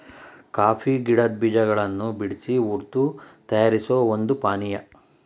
coffee ಗಿಡದ್ ಬೀಜಗಳನ್ ಬಿಡ್ಸಿ ಹುರ್ದು ತಯಾರಿಸೋ ಒಂದ್ ಪಾನಿಯಾ